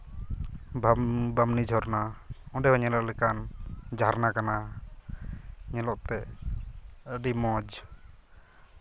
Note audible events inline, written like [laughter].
[unintelligible] ᱵᱟᱢᱱᱤ ᱡᱷᱚᱨᱱᱟ ᱚᱸᱰᱮ ᱦᱚᱸ ᱧᱮᱞᱚᱜ ᱞᱮᱠᱟᱱ ᱡᱷᱟᱨᱱᱟ ᱠᱟᱱᱟ ᱧᱮᱞᱚᱜ ᱛᱮ ᱟᱹᱰᱤ ᱢᱚᱡᱽ